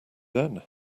then